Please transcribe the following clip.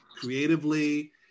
creatively